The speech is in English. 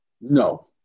No